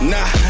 Nah